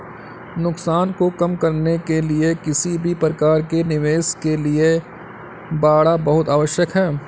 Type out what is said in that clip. नुकसान को कम करने के लिए किसी भी प्रकार के निवेश के लिए बाड़ा बहुत आवश्यक हैं